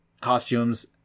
costumes